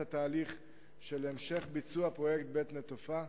התהליך של המשך ביצוע פרויקט בית-נטופה,